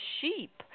sheep